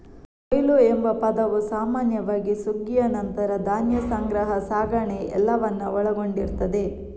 ಕೊಯ್ಲು ಎಂಬ ಪದವು ಸಾಮಾನ್ಯವಾಗಿ ಸುಗ್ಗಿಯ ನಂತರ ಧಾನ್ಯ ಸಂಗ್ರಹ, ಸಾಗಣೆ ಎಲ್ಲವನ್ನ ಒಳಗೊಂಡಿರ್ತದೆ